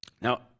Now